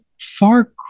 far